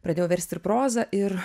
pradėjau versti ir prozą ir